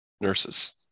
nurses